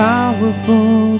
Powerful